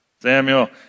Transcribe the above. Samuel